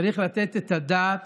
צריך לתת את הדעת